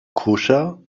koscher